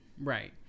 right